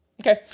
Okay